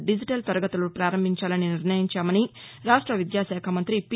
digital తరగతులు ప్రారంభించాలని నిర్ణయించామని రాక్ర్య విద్యాశాఖ మంతి పి